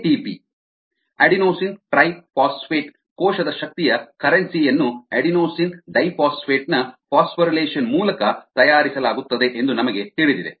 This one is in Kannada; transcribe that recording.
ಎಟಿಪಿ ಅಡೆನೊಸಿನ್ ಟ್ರೈಫಾಸ್ಫೇಟ್ ಕೋಶದ ಶಕ್ತಿಯ ಕರೆನ್ಸಿ ಯನ್ನು ಅಡೆನೊಸಿನ್ ಡೈಫಾಸ್ಫೇಟ್ನ ಫಾಸ್ಫೊರಿಲೇಷನ್ ಮೂಲಕ ತಯಾರಿಸಲಾಗುತ್ತದೆ ಎಂದು ನಮಗೆ ತಿಳಿದಿದೆ